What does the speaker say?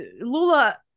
Lula